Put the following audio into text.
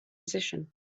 position